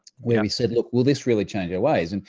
where we said, look, will this really change our ways? and